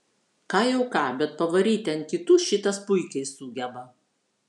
ką jau ką bet pavaryti ant kitų šitas puikiai sugeba